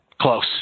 Close